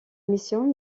mission